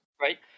Right